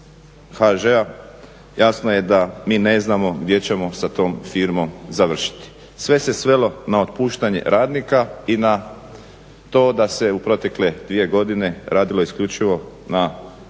HŽ-a jasno je da mi ne znamo gdje ćemo sa tom firmom završiti. Sve se svelo na otpuštanje radnika i na to da se u protekle dvije godine radilo isključivo na 2,